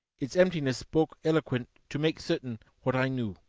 its emptiness spoke eloquent to make certain what i knew.